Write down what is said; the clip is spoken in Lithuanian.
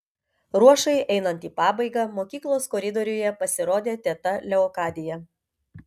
ruošai einant į pabaigą mokyklos koridoriuje pasirodė teta leokadija